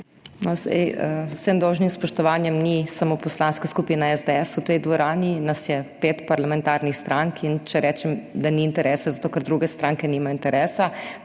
vsem dolžnim spoštovanjem, ni samo Poslanska skupina SDS v tej dvorani, nas je pet parlamentarnih strank. In če rečem, da ni interesa, je zato, ker druge stranke nimajo interesa.